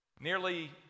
nearly